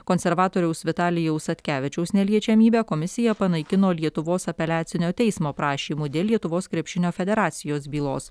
konservatoriaus vitalijaus satkevičiaus neliečiamybę komisija panaikino lietuvos apeliacinio teismo prašymu dėl lietuvos krepšinio federacijos bylos